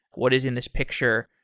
what is in this picture?